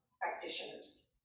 practitioners